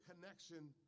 connection